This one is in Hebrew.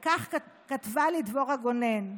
וכך כתבה לי דבורה גונן: